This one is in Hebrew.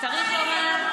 זה תלוי בכם,